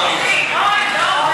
אחד.